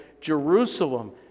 Jerusalem